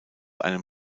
einem